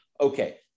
okay